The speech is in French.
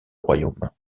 royaume